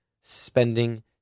spending